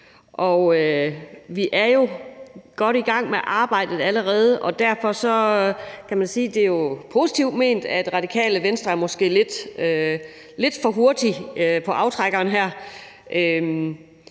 Vi er jo godt i gang med arbejdet allerede, og derfor kan man sige, og det er positivt ment, at Radikale Venstre måske er lidt for hurtige på aftrækkeren her.